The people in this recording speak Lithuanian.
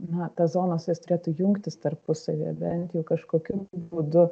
na tos zonos jos turėtų jungtis tarpusavy bent jau kažkokiu būdu